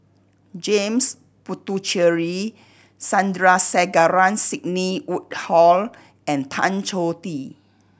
James Puthucheary Sandrasegaran Sidney Woodhull and Tan Choh Tee